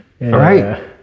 right